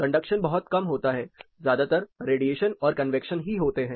conduction बहुत कम होता है ज्यादातर रेडिएशन और कन्वैक्शन ही होते हैं